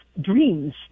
dreams